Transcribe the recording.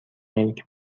ملک